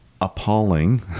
appalling